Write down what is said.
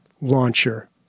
launcher